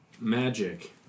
magic